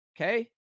okay